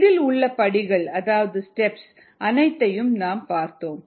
இதில் உள்ள படிகள் அதாவது ஸ்டெப்ஸ் அனைத்தையும் நாம் பார்த்தோம்